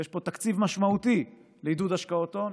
ויש פה תקציב משמעותי לעידוד השקעות הון,